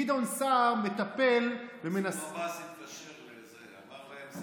גדעון סער מטפל ומנסה, מנסור עבאס התקשר לבר לב.